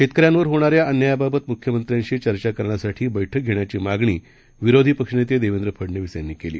शेतकऱ्यांवरहोणाऱ्याअन्यायाबाबतमुख्यमंत्र्यांशीचर्चाकरण्यासाठीबैठकघेण्याचीमागणीविरोधीपक्षनेतेदेवेन्द्रफडनवीसयांनीकेली